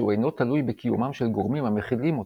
שהוא אינו תלוי בקיומם של גורמים המכילים אותו.